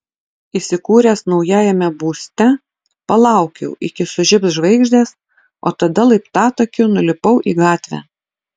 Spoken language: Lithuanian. įsikūręs naujajame būste palaukiau iki sužibs žvaigždės o tada laiptatakiu nulipau į gatvę